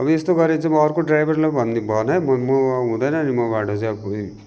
अब यस्तो गऱ्यो भने चाहिँ म अर्को ड्राइभरलाई भन्दी भनै म हुँदैन नि मबाट छै अब